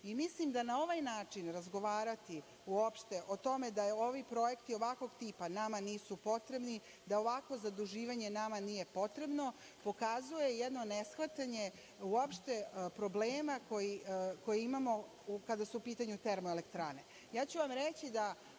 Mislim da na ovaj način razgovarati uopšte o tome da ovi projekti ovakvog tipa nama nisu potrebni, da ovakvo zaduživanje nama nije potrebno pokazuje jedno neshvatanje uopšte problema koji imamo kada su u pitanju termoelektrane. Reći